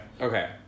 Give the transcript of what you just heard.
okay